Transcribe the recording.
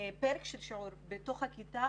פרק של שיעור בתוך הכיתה,